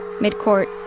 mid-court